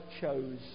chose